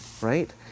right